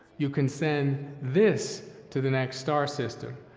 you can send this to the next star system.